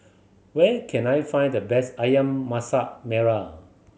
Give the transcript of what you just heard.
where can I find the best Ayam Masak Merah